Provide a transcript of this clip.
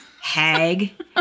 Hag